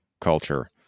culture